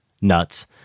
nuts